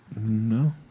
No